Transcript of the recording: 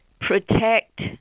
protect